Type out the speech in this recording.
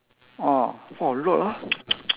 !wah! !wah! a lot ah